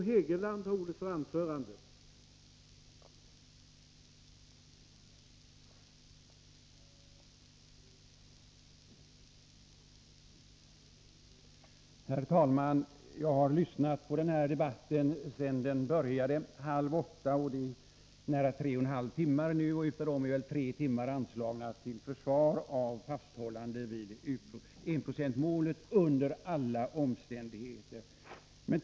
Herr talman! Jag har lyssnat på denna debatt sedan den började klockan halv åtta, dvs. i nära tre och en halv timmar. Av dem har väl tre timmar anslagits till försvar av ett fasthållande — under alla omständigheter — vid enprocentsmålet.